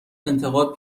انتقاد